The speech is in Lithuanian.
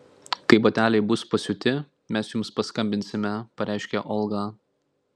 kai bateliai bus pasiūti mes jums paskambinsime pareiškė olga